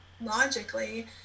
logically